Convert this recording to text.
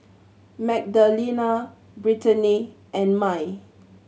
Magdalena Brittanie and Mai